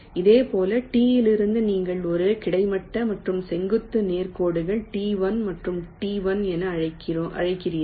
இதேபோல் T இலிருந்து நீங்கள் ஒரு கிடைமட்ட மற்றும் செங்குத்து நேர் கோடு T1 மற்றும் T1 என அழைக்கிறீர்கள்